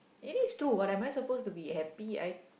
is it true what am I suppose to be happy I